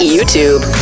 YouTube